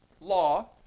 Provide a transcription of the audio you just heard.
law